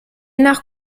nach